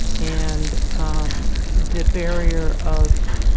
and the barrier of